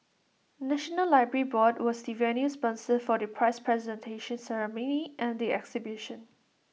National Library board was the venue sponsor for the prize presentation ceremony and the exhibition